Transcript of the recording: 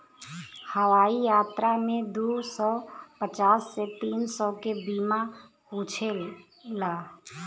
हवाई यात्रा में दू सौ पचास से तीन सौ के बीमा पूछेला